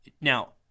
now